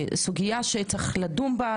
סוגיה שצריך לדון בה,